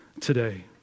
today